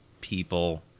people